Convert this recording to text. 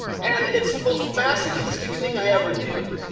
and it's the most masochistic thing i ever do.